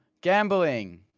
Gambling